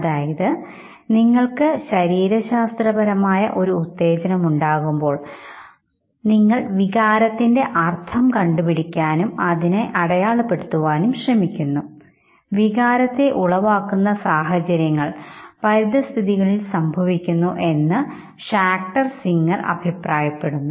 അതായത് നിങ്ങൾക്ക് ശരീരശാസ്ത്രപരമായ ഒരു ഉത്തേജനം ഉണ്ടാകുമ്പോൾ നിങ്ങൾ വികാരത്തിൻറെ അർഥം കണ്ടുപിടിക്കാനും അതിന് അടയാളപ്പെടുത്തുവാനും ശ്രമിക്കുന്നു വികാരത്തെ ഉളവാക്കുന്ന സാഹചര്യങ്ങൾ പരിസ്ഥിതിയിൽ സംഭവിക്കുന്നു എന്ന് ഷാക്റ്റർ സിംഗർ അഭിപ്രായപ്പെടുന്നു